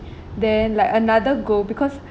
then like another goal because